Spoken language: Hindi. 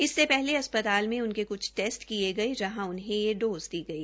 इससे पहले अस्प्ताल में उनके क्छ टेस्ट किये गये जहां उन्हें यह डॉज़ दी गई